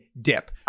dip